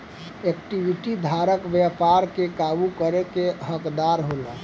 equity धारक व्यापार के काबू करे के हकदार होला